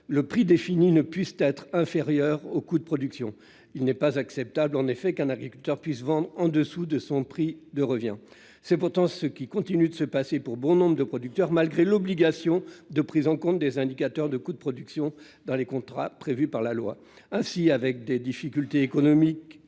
le prix défini ne puisse être inférieur au coût de production. Il n'est pas acceptable en effet qu'un agriculteur puisse vendre en dessous de son prix de revient. C'est pourtant ce qui continue de se passer pour bon nombre de producteurs, malgré l'obligation de prise en compte des indicateurs des coûts de production dans les contrats prévus par la loi. Ainsi, la filière bio connaît des difficultés économiques